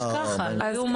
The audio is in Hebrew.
ממש ככה, לא יאומן.